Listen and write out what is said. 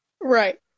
right